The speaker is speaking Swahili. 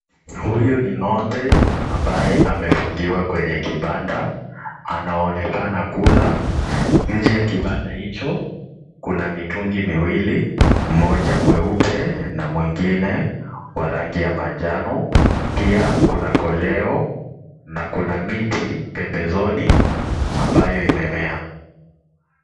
Huyu ni ng'ombe ambaye amefungiwa kwenye kibanda, anaonekana kula. Nje ya kibanda hicho, kuna mitungi miwili, mmoja mweupe na mwingine wa rangi ya manjano. Pia kuna koleo na kuna miti pembezoni ambayo imemea.